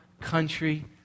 country